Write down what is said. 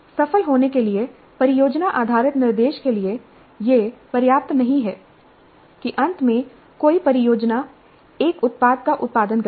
सफल होने के लिए परियोजना आधारित निर्देश के लिए यह पर्याप्त नहीं है कि अंत में कोई परियोजना एक उत्पाद का उत्पादन करती है